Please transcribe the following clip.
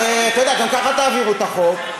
הרי גם ככה תעבירו את החוק.